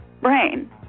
brain